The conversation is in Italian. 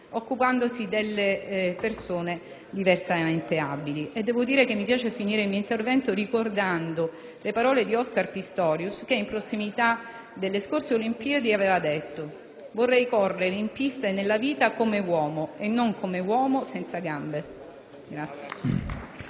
occupandosi delle persone diversamente abili. Mi piace concludere il mio intervento ricordando le parole di Oscar Pistorius che, in prossimità delle scorse Olimpiadi, ha detto: «Vorrei correre in pista e nella vita come uomo e non come uomo senza gambe».